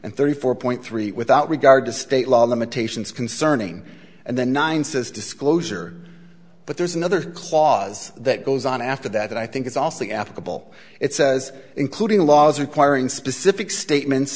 and thirty four point three without regard to state law limitations concerning and the nine says disclosure but there's another clause that goes on after that i think it's also the applicable it says including laws requiring specific statements